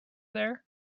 there